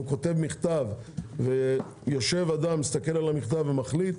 כותב מכתב ויושב אדם שמסתכל על המכתב ומחליט,